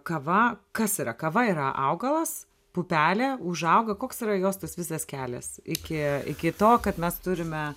kava kas yra kava yra augalas pupelė užauga koks yra jos tas visas kelias iki iki to kad mes turime